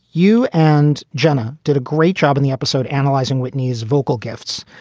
you and jenna did a great job in the episode analyzing whitney's vocal gifts.